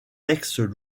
textes